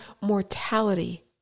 mortality